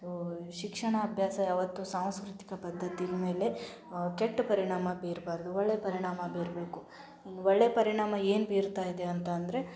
so ಶಿಕ್ಷಣಾಭ್ಯಾಸ ಯಾವತ್ತೂ ಸಾಂಸ್ಕೃತಿಕ ಪದ್ಧತಿ ಮೇಲೆ ಕೆಟ್ಟ ಪರಿಣಾಮ ಬೀರಬಾರ್ದು ಒಳ್ಳೆಯ ಪರಿಣಾಮ ಬೀರಬೇಕು ಒಳ್ಳೆಯ ಪರಿಣಾಮ ಏನು ಬೀರ್ತಾಯಿದೆ ಅಂತ ಅಂದರೆ